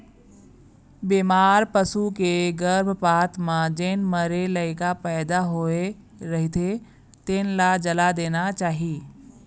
बेमार पसू के गरभपात म जेन मरे लइका पइदा होए रहिथे तेन ल जला देना चाही